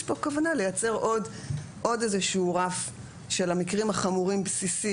יש פה כוונה לייצר עוד איזשהו רף של המקרים החמורים בסיסי,